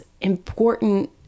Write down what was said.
important